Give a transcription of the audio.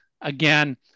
again